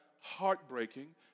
heartbreaking